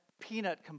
Peanut